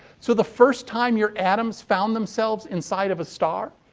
so the first time your atoms found themselves inside of a star,